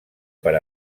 per